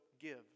give